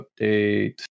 update